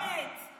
בנט, בנט.